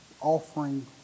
offering